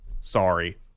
sorry